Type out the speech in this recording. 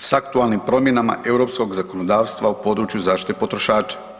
s aktualnim promjenama europskog zakonodavstva u području zaštite potrošača.